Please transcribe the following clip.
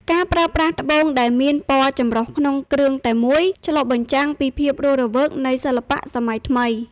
ការប្រើប្រាស់ត្បូងដែលមានពណ៌ចម្រុះក្នុងគ្រឿងតែមួយ ឆ្លុះបញ្ចាំងពីភាពរស់រវើកនៃសិល្បៈសម័យថ្មី។